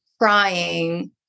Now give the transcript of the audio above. crying